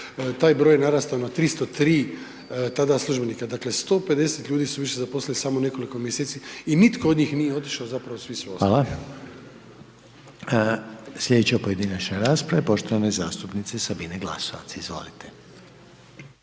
taj broj je narastao na 303 tada službenika, dakle, 150 ljudi su više zaposlili samo nekoliko mjeseci i nitko od njih nije otišao, zapravo svi su ostali. **Reiner, Željko (HDZ)** Hvala. Slijedeća pojedinačna rasprava poštovane zastupnice Sabine Glasovac, izvolite.